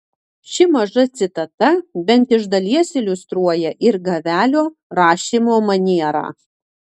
ši maža citata bent iš dalies iliustruoja ir gavelio rašymo manierą